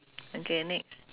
okay next